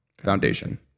Foundation